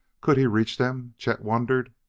could he reach them? chet wondered.